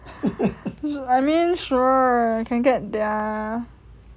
I mean sure can get their